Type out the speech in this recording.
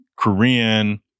Korean